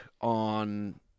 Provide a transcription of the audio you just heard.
on